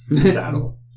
saddle